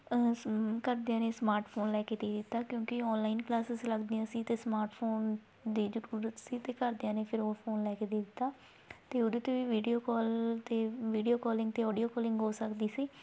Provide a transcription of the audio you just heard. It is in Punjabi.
ਸ ਘਰਦਿਆਂ ਨੇ ਸਮਾਰਟ ਫੋਨ ਲੈ ਕੇ ਦੇ ਦਿੱਤਾ ਕਿਉਂਕਿ ਔਨਲਾਈਨ ਕਲਾਸਿਸ ਲੱਗਦੀਆਂ ਸੀ ਅਤੇ ਸਮਾਰਟ ਫੋਨ ਦੀ ਜ਼ਰੂਰਤ ਸੀ ਅਤੇ ਘਰਦਿਆਂ ਨੇ ਫਿਰ ਉਹ ਫੋਨ ਲੈ ਕੇ ਦੇ ਦਿੱਤਾ ਅਤੇ ਉਹਦੇ 'ਤੇ ਵੀ ਵੀਡੀਓ ਕੋਲ ਅਤੇ ਵੀਡੀਓ ਕੋਲਿੰਗ ਅਤੇ ਔਡੀਓ ਕੋਲਿੰਗ ਹੋ ਸਕਦੀ ਸੀ